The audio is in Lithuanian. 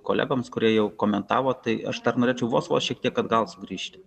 kolegoms kurie jau komentavo tai aš dar norėčiau vos vos šiek tiek atgal sugrįžti